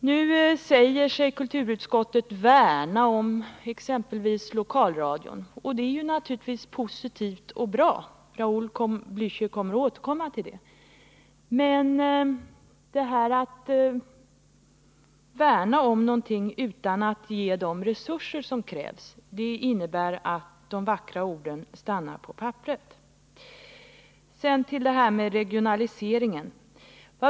Nu säger sig kulturutskottet värna om exempelvis lokalradion, och det är naturligtvis positivt och bra — Raul Blächer återkommer till detta. Men att 47 värna om någonting utan att ge de resurser som krävs innebär att de vackra orden stannar på papperet. Så till det här med regionaliseringen.